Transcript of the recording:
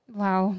wow